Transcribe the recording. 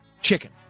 chicken